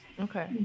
okay